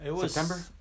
September